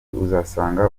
uzasanga